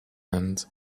and